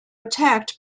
attacked